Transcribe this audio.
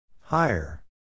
Higher